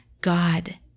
God